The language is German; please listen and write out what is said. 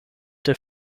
der